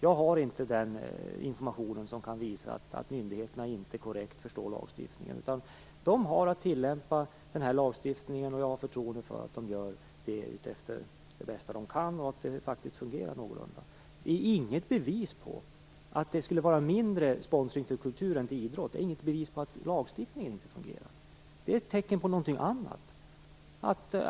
Jag har inte någon information som visar att myndigheterna inte korrekt förstår lagstiftningen. De har att tillämpa den. Jag har förtroende för att de gör det så väl de kan, och att det faktiskt fungerar någorlunda. Det är inte något bevis för att det skulle vara mindre sponsring till kultur än till idrott. Det är inte något bevis för att lagstiftningen inte fungerar. Det är tecken på något annat.